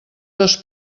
dos